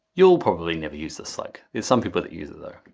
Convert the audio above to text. you'll probably never use the slug. there's some people that use it though.